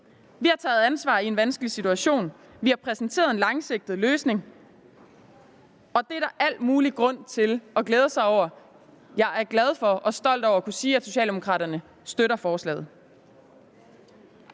Vi har taget ansvar i en vanskelig situation, vi har præsenteret en langsigtet løsning, og det er der al mulig grund til at glæde sig over. Jeg er glad for og stolt over at kunne sige, at Socialdemokraterne støtter forslaget.